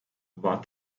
war